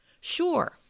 Sure